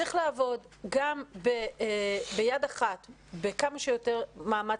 צריך לעבוד גם ביד אחת בכמה שיותר מאמץ